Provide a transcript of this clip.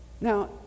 Now